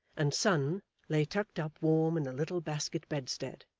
and son lay tucked up warm in a little basket bedstead,